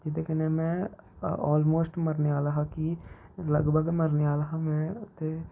जेह्दा कन्नै में ऑलमोस्ट मरने आह्ला हा कि लगभग मरने आह्ला हा में ते